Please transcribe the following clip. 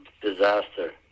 Disaster